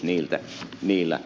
arvoisa puhemies